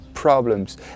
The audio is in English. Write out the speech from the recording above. problems